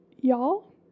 y'all